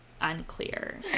unclear